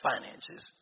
finances